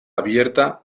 abierta